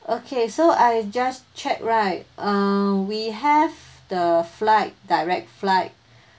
okay so I just checked right uh we have the flight direct flight